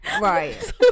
Right